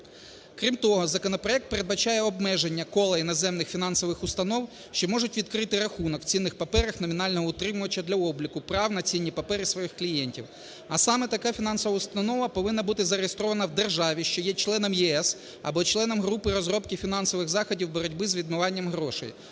Крім того, законопроект передбачає обмеження кола іноземних фінансових установ, що можуть відкрити рахунок в цінних паперах номінального утримувача для обліку прав на цінні папери своїх клієнтів, а саме така фінансова установа повинна бути зареєстрована в державі, що є членом ЄС або членом групи розробки фінансових заходів боротьби з відмиванням грошей